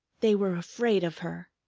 they were afraid of her!